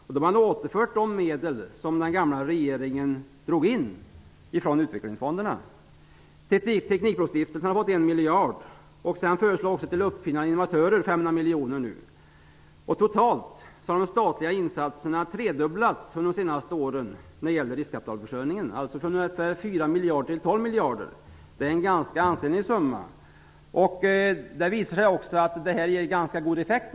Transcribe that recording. Man har återfört de medel som den gamla regeringen drog in ifrån utvecklingsfonderna. Teknikbrostiftelserna har fått 1 miljard, och det föreslås nu 500 miljoner till uppfinnare och innovatörer. Totalt har de statliga insatserna tredubblats under de senaste åren när det gäller riskkapitalförsörjningen -- från ungefär 4 miljarder till 12 miljarder. Det är en ganska ansenlig summa. Det visar sig att detta ger ganska god effekt.